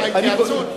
כתוב "בהתייעצות".